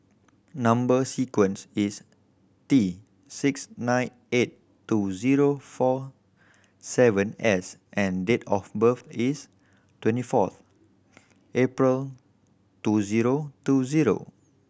number sequence is T six nine eight two zero four seven S and date of birth is twenty four April two zero two zero